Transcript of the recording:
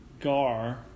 Gar